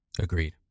Agreed